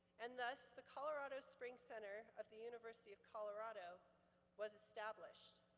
and thus, the colorado springs center of the university of colorado was established.